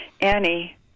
Annie